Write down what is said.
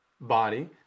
body